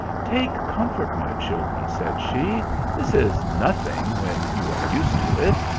take comfort, my children, said she this is nothing when you are used to it.